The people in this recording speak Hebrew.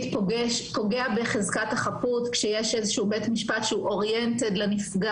זה פוגע בחזקת החפות כשיש איזשהו בית משפט שהוא oriented לנפגע,